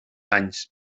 anys